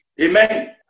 amen